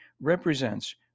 represents